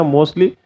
Mostly